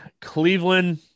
Cleveland